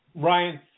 Ryan